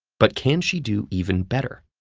but can she do even better?